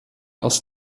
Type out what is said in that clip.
aus